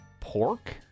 pork